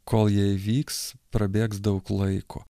kol jie įvyks prabėgs daug laiko